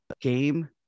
game